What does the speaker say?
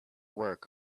work